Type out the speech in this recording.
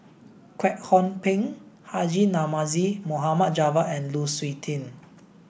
Kwek Hong Png Haji Namazie Mohd Javad and Lu Suitin